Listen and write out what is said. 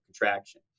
contraction